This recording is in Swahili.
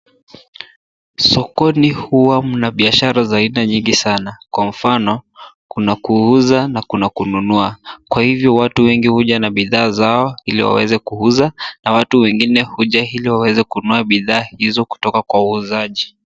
Sokoni huwa mna biashara za aina nyingi sana. Kwa mfano kuna kuuza na kuna kununua. Kwa hivyo watu wengi huja na bidhaa zao ili waweze kuuza na watu wengine huja ili waweze kununua bidhaa hizo kutoka kwa wauzaji.